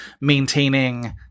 maintaining